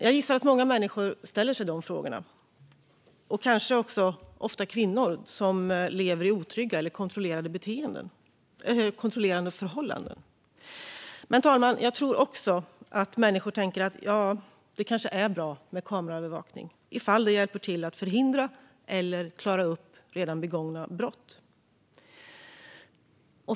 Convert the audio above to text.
Jag gissar att många människor ställer sig de frågorna, kanske ofta kvinnor som lever i otrygga eller kontrollerande förhållanden. Men, fru talman, jag tror också att människor tänker: Det kanske är bra med kameraövervakning om det bidrar till att förhindra brott eller till att klara upp redan begångna brott.